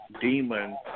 demon